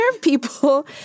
people